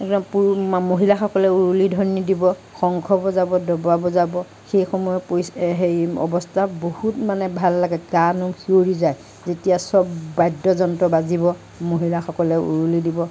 একদম পুৰুষ মা মহিলাসকলে উৰুলি ধ্বনি দিব শংখ বজাব দবা বজাব সেই সময়ৰ হেৰি অৱস্থা বহুত মানে ভাল লাগে গাৰ নোম শিয়ঁৰি যায় যেতিয়া চব বাদ্যযন্ত্ৰ বাজিব মহিলাসকলে উৰুলি দিব